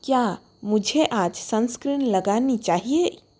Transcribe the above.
क्या मुझे आज सनस्क्रिन लगानी चाहिए